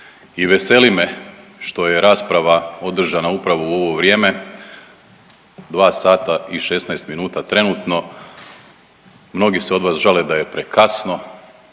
i veseli me što je rasprava održana upravo u ovo vrijeme, dva sata i 16 minuta trenutno. Mnogi se od vas žale da je prekasno,